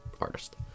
artist